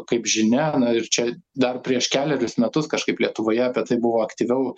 kaip žinia na ir čia dar prieš kelerius metus kažkaip lietuvoje apie tai buvo aktyviau